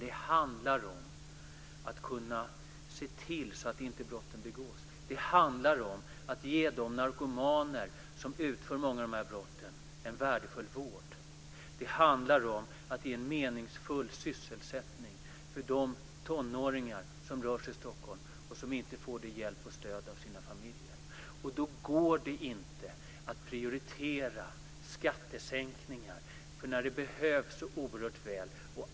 Det handlar om att kunna se till att brotten inte begås, att ge de narkomaner som utför många av brotten en värdefull vård och att ge meningsfull sysselsättning åt de tonåringar som rör sig i Stockholm och som inte får hjälp och stöd av sina familjer. Då går det inte att prioritera skattesänkningar när pengarna behövs så oerhört väl.